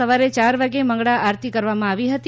સવારે ચાર વાગે મંગળા આરતી કરવામાં આવી હતી